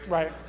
Right